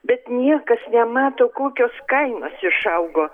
bet niekas nemato kokios kainos išaugo